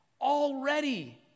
already